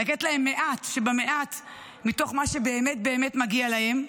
לתת להם מעט שבמעט מתוך מה שבאמת באמת מגיע להם.